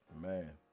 Man